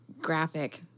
graphic